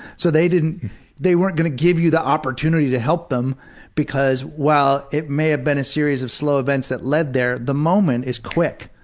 so they didn't they weren't gonna give you the opportunity to help them because, well, it may have been a series of slow events that led there, the moment is quick.